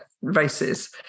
races